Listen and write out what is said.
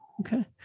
Okay